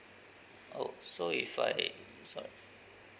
oh so if I sorry